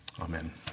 Amen